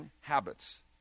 habits